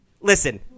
Listen